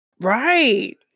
Right